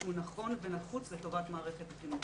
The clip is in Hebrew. שהוא נכון ונחוץ לטובת מערכת החינוך.